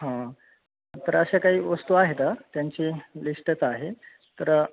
हां तर अशा काही वस्तू आहेत त्यांची लिश्टच आहे तर